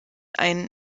einen